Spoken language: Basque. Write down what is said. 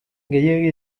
gehiegi